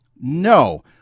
no